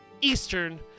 Eastern